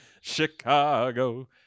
Chicago